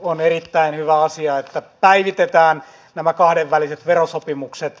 on erittäin hyvä asia että päivitetään nämä kahdenväliset verosopimukset